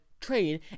train